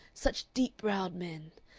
such deep-browed men.